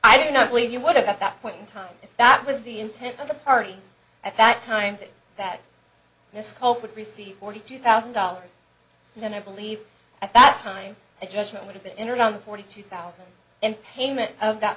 i do not believe you would have at that point in time if that was the intent of the party at that time that that the scope would receive forty two thousand dollars and then i believe at that time the judgment would have been around forty two thousand and payment